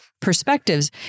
perspectives